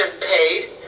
paid